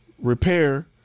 repair